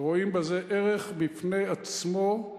רואים בזה ערך בפני עצמו,